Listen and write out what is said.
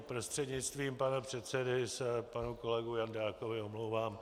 Prostřednictvím pana předsedy se panu kolegu Jandákovi omlouvám.